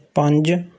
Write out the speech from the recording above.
ਪੰਜ